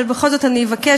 אבל בכל זאת אני אבקש,